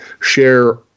share